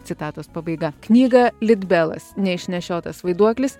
citatos pabaiga knyga litbelas neišnešiotas vaiduoklis